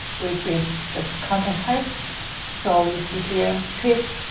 which is the content type so, you see here, tweets,